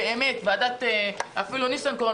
ועדת החוקה,